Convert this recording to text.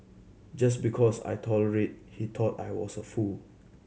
just because I tolerated he thought I was a fool